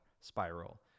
spiral